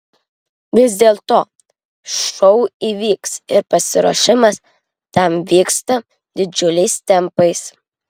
vis dėlto šou įvyks ir pasiruošimas tam vyksta didžiuliais tempais